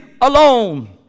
alone